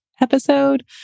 episode